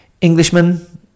Englishman